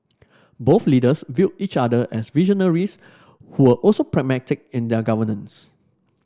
both leaders viewed each other as visionaries who were also pragmatic in their governance